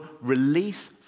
release